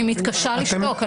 אני מתקשה לשתוק,